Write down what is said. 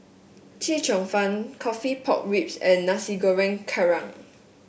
Chee Cheong Fun coffee Pork Ribs and Nasi Goreng Kerang